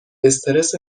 استرس